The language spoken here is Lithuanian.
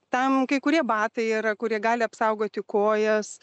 tam kai kurie batai yra kurie gali apsaugoti kojas